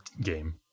game